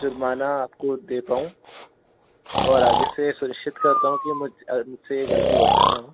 जुर्माना आपको दे पाऊँ और आगे से सुनिश्चित करता हूँ कि मुझ मुझसे यह गलती वापस न हो